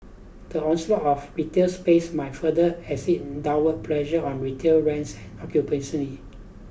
the onslaught of retail space might further exert downward pressure on retail rents and occupancy